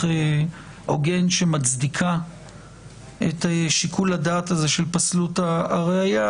הוגן שמצדיקה את שיקול הדעת הזה של פסלות הראיה,